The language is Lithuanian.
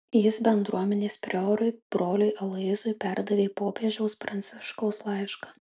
jis bendruomenės priorui broliui aloyzui perdavė popiežiaus pranciškaus laišką